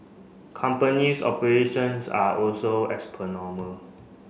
companies operations are also as per normal